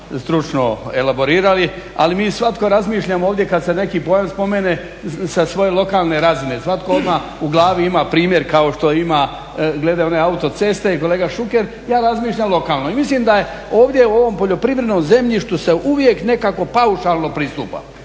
stručno elaborirali, ali mi svatko razmišljamo ovdje kad se neki pojam spomene sa svoje lokalne razine, svatko odmah u glavi ima primjer kao što ima glede one autoceste i kolega Šuker. Ja razmišljam lokalno i mislim da je ovdje u ovom poljoprivrednom zemljištu se uvijek nekako paušalno pristupa.